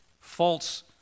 false